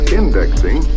indexing